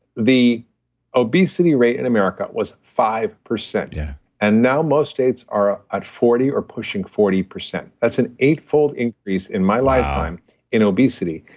the obesity rate in america was five point yeah and now, most states are at forty or pushing forty percent. that's an eightfold increase in my lifetime in obesity,